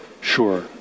Sure